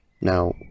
Now